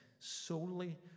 Solely